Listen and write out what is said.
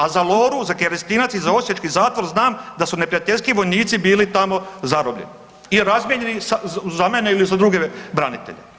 A za Loru, za Kerestinac i za osječki zatvor znam da su neprijateljski vojnici bili tamo zarobljeni i razmijenjeni za mene ili za druge branitelje.